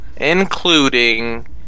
including